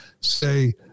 say